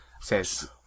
Says